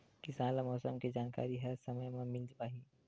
किसान ल मौसम के जानकारी ह समय म मिल पाही?